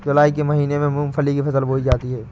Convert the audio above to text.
जूलाई के महीने में मूंगफली की फसल बोई जाती है